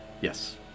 yes